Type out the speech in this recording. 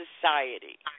society